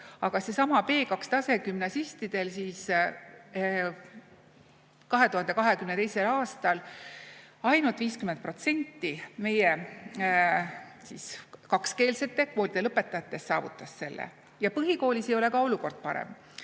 eriti nõudlik – gümnasistidel 2022. aastal: ainult 50% meie kakskeelsete koolide lõpetajatest saavutas selle. Ja põhikoolis ei ole ka olukord parem.